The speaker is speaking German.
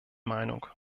meinung